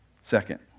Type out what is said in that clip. Second